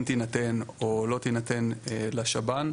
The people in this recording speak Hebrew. אם תינתן או לא תינתן לשב"ן,